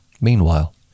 Meanwhile